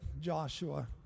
Joshua